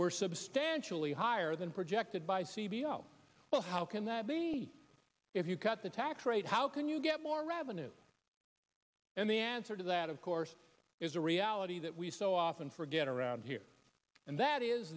were substantially higher than projected by cvo well how can that be if you cut the tax rate how can you get more revenue and the answer to that of course is a reality that we so often forget around here and that is